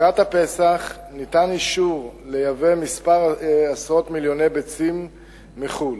לקראת הפסח ניתן אישור לייבא כמה עשרות מיליוני ביצים מחו"ל.